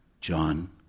John